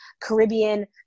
Caribbean